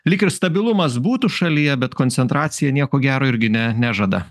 lyg ir stabilumas būtų šalyje bet koncentracija nieko gero irgi ne nežada